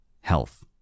health